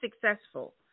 successful